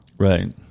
Right